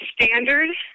standard